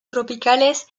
tropicales